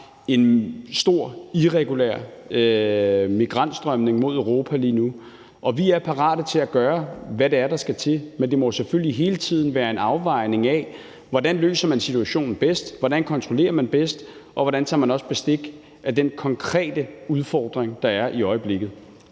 en stor, irregulær migrantstrømning mod Europa lige nu. Vi er parate til at gøre, hvad der skal til, men det må selvfølgelig hele tiden være en afvejning af, hvordan man bedst løser situationen, hvordan man bedst kontrollerer det, og hvordan man også tager bestik af den konkrete udfordring, der er i øjeblikket.